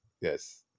yes